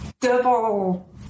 double